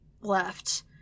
left